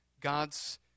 God's